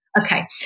Okay